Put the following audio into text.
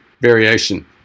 variation